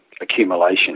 accumulation